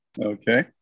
Okay